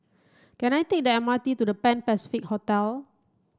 can I take the M R T to The Pan Pacific Hotel